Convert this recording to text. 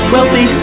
Wealthy